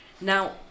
Now